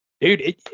dude